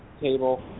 table